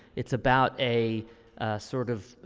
it's about a sort of,